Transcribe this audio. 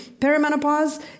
Perimenopause